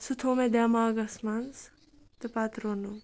سُہ تھوٚو مےٚ دٮ۪ماغَس منٛز تہٕ پَتہٕ روٚنُم